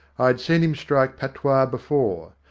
i had seen him strike patois before.